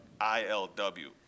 I-L-W